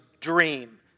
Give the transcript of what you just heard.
dream